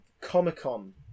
Comic-Con